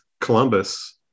Columbus